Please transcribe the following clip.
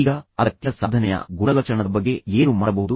ಈಗ ಅಗತ್ಯ ಸಾಧನೆಯ ಗುಣಲಕ್ಷಣದ ಬಗ್ಗೆ ಮತ್ತು ಅದರ ಬಗ್ಗೆ ನೀವು ಏನು ಮಾಡಬಹುದು